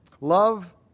Love